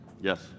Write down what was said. Yes